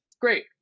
Great